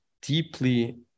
deeply